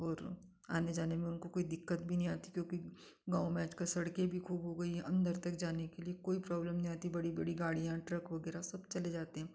और आने जाने में उनको कोई दिक्कत भी नहीं आती क्योंकि गाँव में आजकल सड़के भी खूब हो गई हैं अंदर तक जाने में कोई प्रॉब्लम नहीं आती बड़ी बड़ी गाड़ियाँ ट्रक वगैरह सब चले जाते हैं